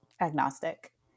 agnostic